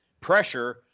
pressure